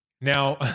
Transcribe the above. Now